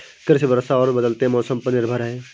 कृषि वर्षा और बदलते मौसम पर निर्भर है